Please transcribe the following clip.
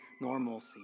normalcy